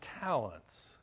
talents